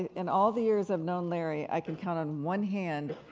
in all the years i've known larry, i can count on one hand,